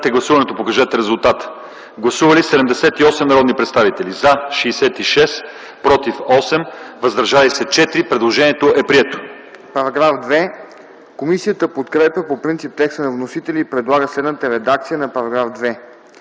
ДИМИТРОВ: Комисията подкрепя по принцип текста на вносителя и предлага следната редакция на § 2: „§ 2.